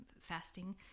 fasting